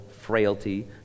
frailty